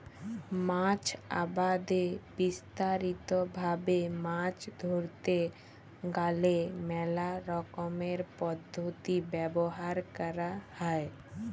মাছ আবাদে বিস্তারিত ভাবে মাছ ধরতে গ্যালে মেলা রকমের পদ্ধতি ব্যবহার ক্যরা হ্যয়